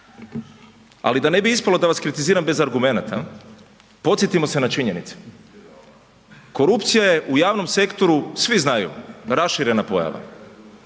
Ali da ne bi ispalo da vas kritiziram bez argumenata podsjetimo se na činjenice. Korupcija je u javnom sektoru, svi znaju, raširena pojava